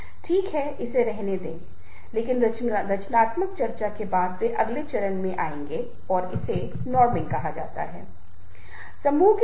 पहला है प्रशमशा एप्रिसिएशन Appreciation दूसरा भागीदारीइनवॉल्वमेंट - Involvement और तीसरा है व्यक्तिगत स्थितियोंपर्सनल अवेयरनेस Personal awerness के बरेमे जागरुकता